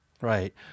Right